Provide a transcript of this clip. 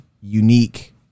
unique